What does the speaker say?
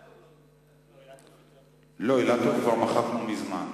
הצעה לסדר-היום מס' 13, של חבר הכנסת זבולון